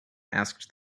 asked